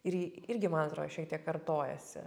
ir ji irgi man atro šiek tiek kartojasi